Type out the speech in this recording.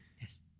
Yes